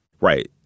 Right